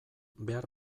behar